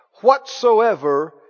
whatsoever